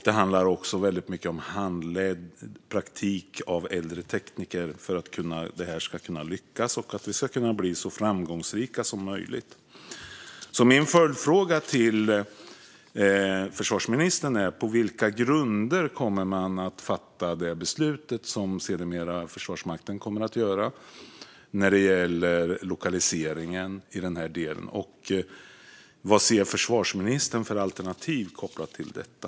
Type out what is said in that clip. Det handlar också väldigt mycket om handledd praktik av äldre tekniker för att detta ska kunna lyckas och för att vi ska kunna bli så framgångsrika som möjligt. Mina följdfrågor till försvarsministern är: På vilka grunder kommer man att fatta det beslut som sedermera Försvarsmakten kommer att fatta när det gäller lokaliseringen? Och vad ser försvarsministern för alternativ kopplat till detta?